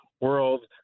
world